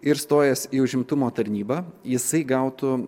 ir stojęs į užimtumo tarnybą jisai gautų